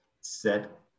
set